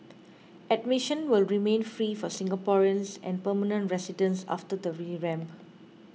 admission will remain free for Singaporeans and permanent residents after the revamp